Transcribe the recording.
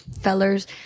fellers